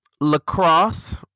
lacrosse